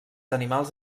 animals